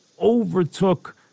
overtook